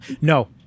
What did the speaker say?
No